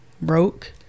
broke